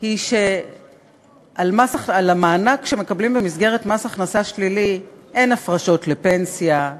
היא שעל המענק שמקבלים במסגרת מס הכנסה שלילי אין הפרשות לפנסיה,